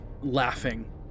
laughing